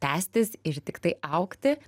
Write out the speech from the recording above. tęstis ir tiktai augti